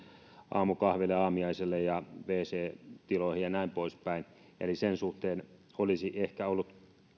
aamukahville aamiaiselle ja wc tiloihin ja näin poispäin eli sen suhteen olisi ehkä ollut